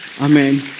Amen